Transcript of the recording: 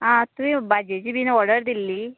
आं तुवें भाजेची बी ऑर्डर दिल्ली